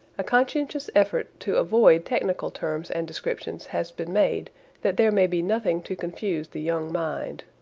a conscientious effort to avoid technical terms and descriptions has been made that there may be nothing to confuse the young mind.